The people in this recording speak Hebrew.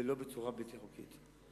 ולא בצורה בלתי חוקית.